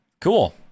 cool